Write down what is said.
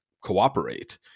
cooperate